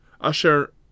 Asher